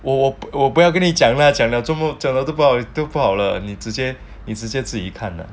我我不要跟你讲了讲了讲了就不好了你直接直接一看看 lah